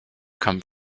come